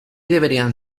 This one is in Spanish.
deberían